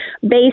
based